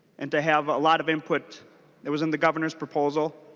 and to have a lot of input that was in the governor's proposal.